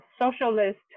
socialist